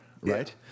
Right